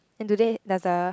and today there's a